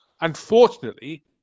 Unfortunately